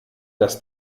das